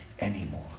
anymore